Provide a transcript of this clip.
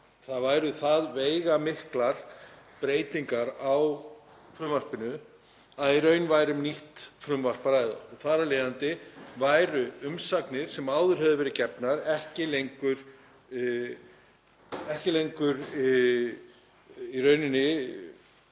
það væru það veigamiklar breytingar á frumvarpinu að í raun væri um nýtt frumvarp að ræða. Þar af leiðandi væru umsagnir sem áður hefðu verið gefnar ekki lengur nothæfar